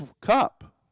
cup